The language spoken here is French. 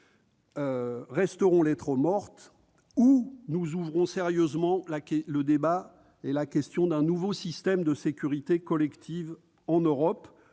resteront lettre morte, ou nous ouvrons sérieusement le débat sur un nouveau système de sécurité collective en Europe.